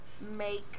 make